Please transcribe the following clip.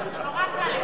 אבל זה נורא קל,